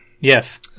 Yes